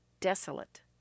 desolate